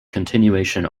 continuation